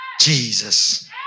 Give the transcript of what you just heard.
Jesus